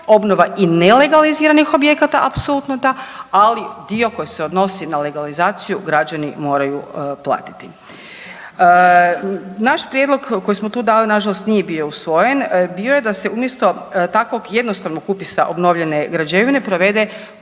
obnova i nelegaliziranih objekata, apsolutno da, ali dio koji se odnosi na legalizaciju, građani moraju platiti. Naš prijedlog koji smo tu dali, nažalost nije bio usvojen, bio je da se umjesto takvog jednostavnog upisa obnovljene građevine provede